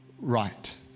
right